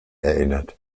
erinnert